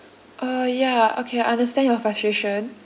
uh ya okay I understand your frustration